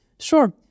Sure